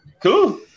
Cool